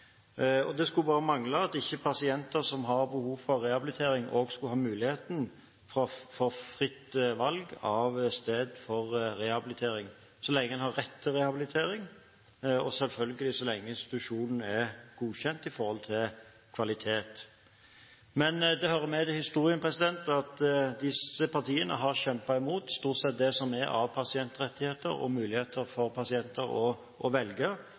omfatte. Det skulle bare mangle at ikke pasienter som har behov for rehabilitering, også skulle ha muligheten til fritt valg av sted for rehabilitering – så lenge man har rett til rehabilitering, og så lenge institusjonen er godkjent når det gjelder kvalitet, selvfølgelig. Det hører med til historien at disse partiene har kjempet imot stort sett det som er av pasientrettigheter og muligheter for pasienter til å velge.